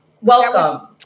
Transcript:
Welcome